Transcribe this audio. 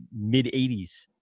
mid-80s